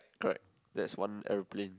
correct that's one aeroplane